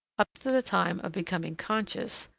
up to the time of becoming conscious,